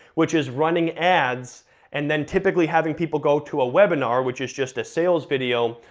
which is running ads and then typically having people go to a webinar, which is just a sales video,